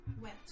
went